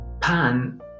Pan